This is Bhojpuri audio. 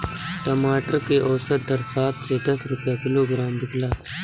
टमाटर के औसत दर सात से दस रुपया किलोग्राम बिकला?